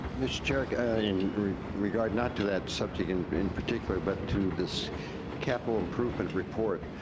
mr. chair, in regard not to that subject in but in particular, but to this capital improvement report,